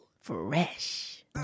Fresh